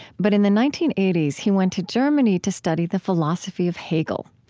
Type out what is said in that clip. but in the nineteen eighty s, he went to germany to study the philosophy of hegel.